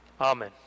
Amen